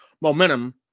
momentum